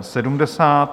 70.